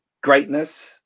greatness